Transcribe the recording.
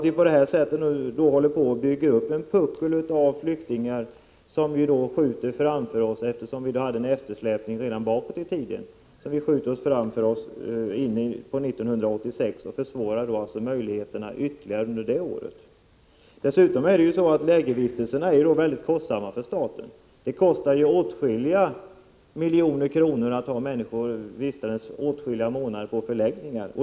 Vi håller på att bygga upp en puckel av flyktingar som vi skjuter framför oss — eftersom vi hade en eftersläpning redan tidigare — till 1986, så att vi ytterligare försvårar arbetet under det året. Dessutom är lägervistelserna mycket kostsamma för staten. Det kostar åtskilliga miljoner att låta människor vistas flera månader på förläggningar.